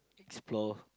explore